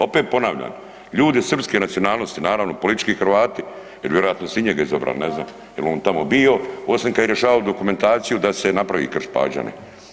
Opet ponavljam, ljudi srpske nacionalnosti, naravno politički Hrvati jer vjerojatno su i njega izabrali, ne znam jel on tamo bio osim kad je rješavao dokumentaciju da se napravi Krš-Pađani.